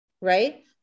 right